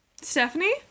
Stephanie